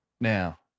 now